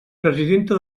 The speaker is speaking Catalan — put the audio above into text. presidenta